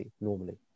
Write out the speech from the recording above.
normally